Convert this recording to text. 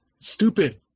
stupid